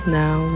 now